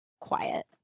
quiet